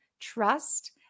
trust